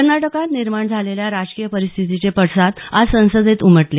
कर्नाटकात निर्माण झालेल्या राजकीय परिस्थितीचे पडसाद आज संसदेत उमटले